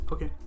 Okay